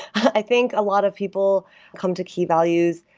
i think a lot of people come to key values,